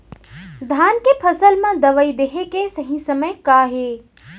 धान के फसल मा दवई देहे के सही समय का हे?